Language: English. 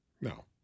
No